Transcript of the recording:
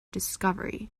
discovery